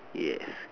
yes